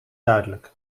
duidelijk